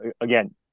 again